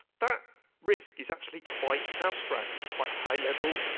that risk is actually quite abstract. it's quite high level.